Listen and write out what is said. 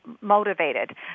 motivated